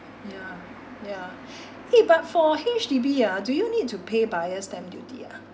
ya ya eh but for H_D_B ah do you need to pay buyer's stamp duty ah